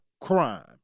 crime